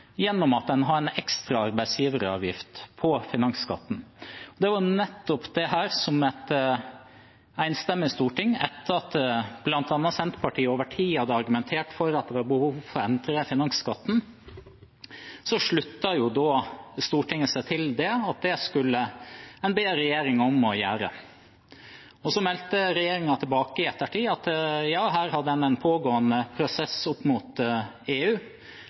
gjennom at man har en ekstra arbeidsgiveravgift på finansskatten. Etter at bl.a. Senterpartiet over tid hadde argumentert for at det var behov for å endre finansskatten, sluttet et enstemmig storting seg til at det skulle man be regjeringen om å gjøre. Så meldte regjeringen tilbake i ettertid at her hadde man en pågående prosess opp mot EU,